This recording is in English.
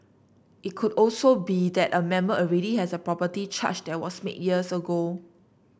it could also be that a member already has a property charge that was made years ago